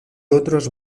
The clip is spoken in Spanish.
otros